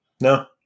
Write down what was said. No